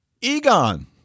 Egon